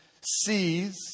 sees